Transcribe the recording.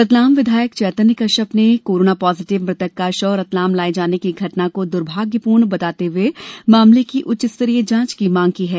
रतलाम विधायक चैतन्य कश्यप ने corona positive मृतक का शव रतलाम लाये जाने की घटना को दुर्भाग्यपूर्ण बताते हुए मामले की उच्च स्तरीय जांच की मांग की है